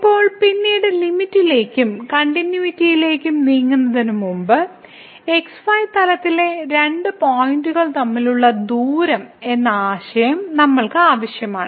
ഇപ്പോൾ പിന്നീട് ലിമിറ്റ്ലേക്കും കണ്ടിന്യൂയിറ്റിയിലേക്കും നീങ്ങുന്നതിനുമുമ്പ് xy തലത്തിലെ രണ്ട് പോയിന്റുകൾ തമ്മിലുള്ള ദൂരം എന്ന ആശയം നമ്മൾക്ക് ആവശ്യമാണ്